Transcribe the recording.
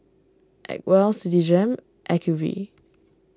Acwell Citigem Acuvue